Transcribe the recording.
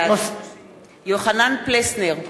בעד יוחנן פלסנר,